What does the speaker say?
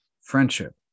friendship